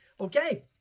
Okay